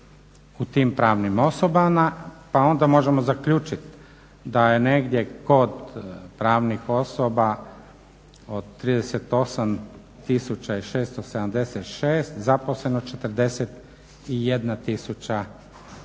u tim pravnim osobama, pa onda možemo zaključit da je negdje kod pravnih osoba od 38 676 zaposleno 41